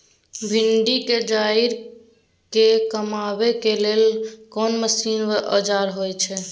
भिंडी के जईर के कमबै के लेल कोन मसीन व औजार होय छै?